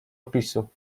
opisu